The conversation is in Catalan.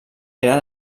eren